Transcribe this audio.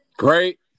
Great